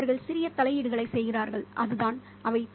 அவர்கள் சிறிய தலையீடுகளை செய்கிறார்கள் அதுதான் அவை